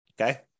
Okay